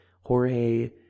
Jorge